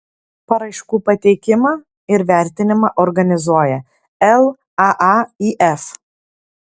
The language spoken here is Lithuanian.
paraiškų pateikimą ir vertinimą organizuoja laaif